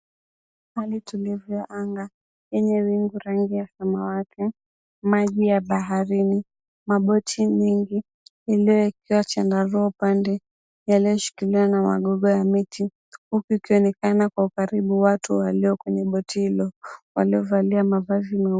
Hali tulivu ya anga yenye wingu rangi ya samawati, maji ya baharini, maboti mingi iliyowekewa chandarua upande, yaliyoshikiliwa na magogo ya miti, ukipenda kuonekana kwa ukaribu watu walio kwenye goti hilo, walio valia mavazi.